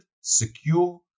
secure